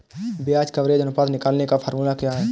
ब्याज कवरेज अनुपात निकालने का फॉर्मूला क्या है?